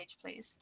please